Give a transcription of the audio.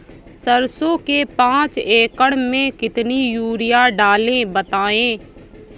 सरसो के पाँच एकड़ में कितनी यूरिया डालें बताएं?